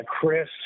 Chris